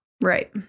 Right